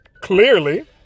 Clearly